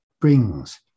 brings